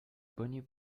bunny